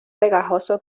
pegajoso